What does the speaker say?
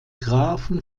grafen